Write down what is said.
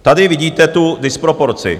Tady vidíte tu disproporci.